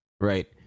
right